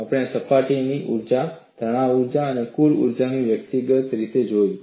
આપણે સપાટીની ઊર્જા તાણ ઊર્જા અને કુલ ઊર્જાને વ્યક્તિગત રીતે જોયું છે